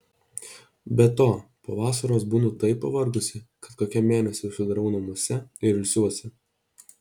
be to po vasaros būnu taip pavargusi kad kokiam mėnesiui užsidarau namuose ir ilsiuosi